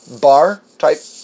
bar-type